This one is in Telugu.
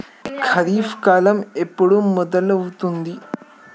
ఖరీఫ్ కాలం ఎప్పుడు మొదలవుతుంది?